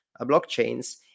blockchains